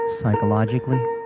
psychologically